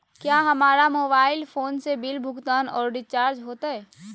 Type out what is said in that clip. क्या हमारा mobile phone से बिल भुगतान और रिचार्ज होते?